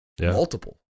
multiple